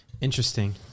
interesting